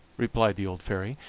replied the old fairy,